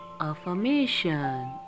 affirmation